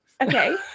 Okay